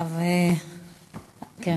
גברתי?